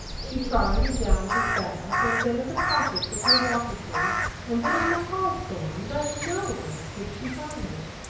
she tried in downes's bag and then in the pockets of her waterproof and then on the hallstand but nowhere could she find it.